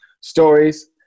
stories